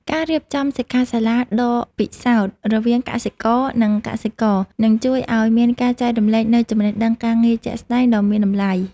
ការរៀបចំសិក្ខាសាលាដកពិសោធន៍រវាងកសិករ និងកសិករនឹងជួយឱ្យមានការចែករំលែកនូវចំណេះដឹងការងារជាក់ស្តែងដ៏មានតម្លៃ។